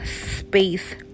space